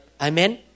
Amen